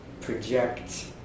project